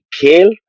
kale